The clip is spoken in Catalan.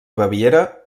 baviera